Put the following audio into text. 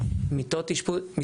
אשפוז, אתה מדבר על אשפוז יום?